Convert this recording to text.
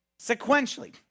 sequentially